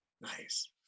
nice